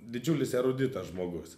didžiulis eruditas žmogus